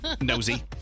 nosy